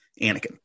Anakin